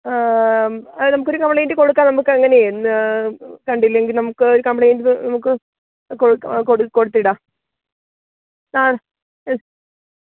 അത് നമുക്കൊരു കംപ്ലെയ്ന്റ് കൊടുക്കാം നമുക്കങ്ങനെയൊന്ന് കണ്ടില്ലെങ്കില് നമുക്ക് ഒരു കംപ്ലെയ്ന്റ് കൊടുത്തിടാം ആ ഉം